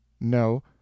no